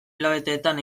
hilabeteetan